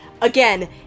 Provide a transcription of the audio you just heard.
again